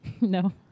No